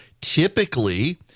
typically